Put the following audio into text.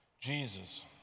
Jesus